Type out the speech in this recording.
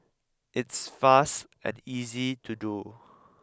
it's fast and easy to do